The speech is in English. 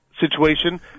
situation